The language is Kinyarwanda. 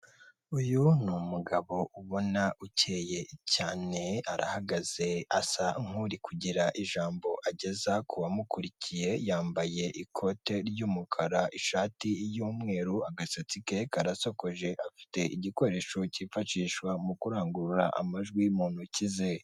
Uyu ni umugabo ubona ukeye cyane, arahagaze asa nk'uri kugira ijambo ageza ku bamukurikiye, yambaye ikote ry'umukara ishati y'umweru, agasatsi ke karasokoje, afite igikoresho cyifashishwa mu kurangurura amajwi mu ntoki ze.